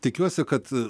tikiuosi kad